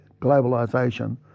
globalisation